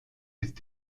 ist